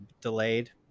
delayed